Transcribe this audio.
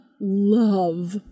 love